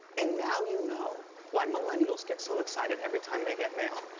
and now you know why millennials get so excited every time they get mail.